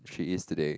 she is today